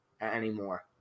anymore